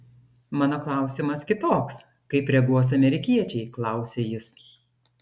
mano klausimas kitoks kaip reaguos amerikiečiai klausia jis